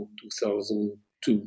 2002